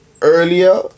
earlier